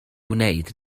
wneud